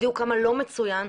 לעומת זאת, המצב בחקלאות לא מצוין.